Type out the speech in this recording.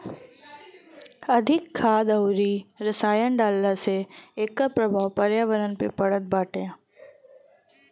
अधिका खाद अउरी रसायन डालला से एकर प्रभाव पर्यावरण पे पड़त बाटे